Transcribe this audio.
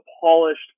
polished